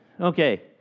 okay